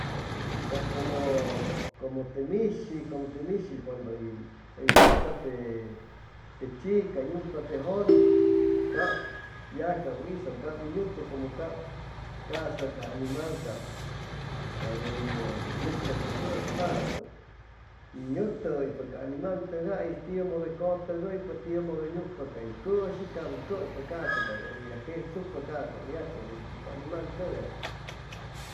Cab cumu te mi'shi cumu te mi'shi cuandu uy nucpa te chi'ca te jun ya cab uy isa'am cab uy nucpa cumu cab casa ca animal cab uyu nnucpa ca cuspapu y nuclujuuipa ca animal tiu mudu uy cutuguypa tiu mudu uy nucpa cay cu'shi cab uy cuspa casa un ya jesucpa casa u ni yacushucpa ca animal tugay